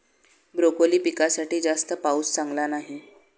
broccoli पिकासाठी जास्त पाऊस चांगला नाही